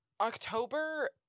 october